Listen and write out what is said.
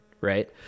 right